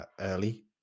early